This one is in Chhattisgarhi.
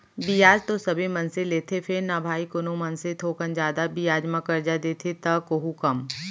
बियाज तो सबे मनसे लेथें फेर न भाई कोनो मनसे थोकन जादा बियाज म करजा देथे त कोहूँ कम